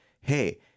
hey